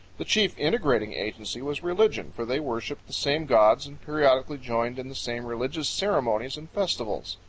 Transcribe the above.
the chief integrating agency was religion, for they worshiped the same gods and periodically joined in the same religious ceremonies and festivals.